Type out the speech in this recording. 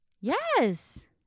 Yes